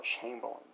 Chamberlain